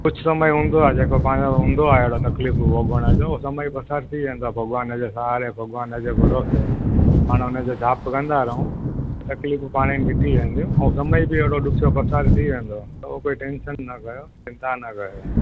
कुझु समय हूंदो आहे जेको पंहिंजो हूंदो आहे हेड़ो तकलीफ़ूं भोॻण जो समय पसार थीं वेंदो भॻवान जे सहारे भॻवान जे भरोसे पाणि हुनजो जाप कंदा रहूं तकलीफ़ूं पाणे निकिरी वेंदियूं ऐं समय बि हेणो ॾुख्यो पसार थी वेंदो कोई टेंशन न कयो चिंता न कयो